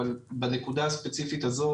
אבל בנקודה הספציפית הזו